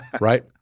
right